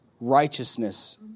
righteousness